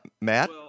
Matt